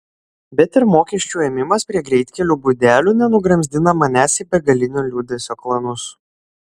bet ir mokesčių ėmimas prie greitkelių būdelių nenugramzdina manęs į begalinio liūdesio klanus